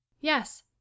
yes